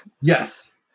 Yes